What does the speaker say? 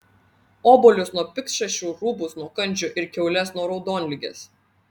obuolius nuo piktšašių rūbus nuo kandžių ir kiaules nuo raudonligės